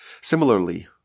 Similarly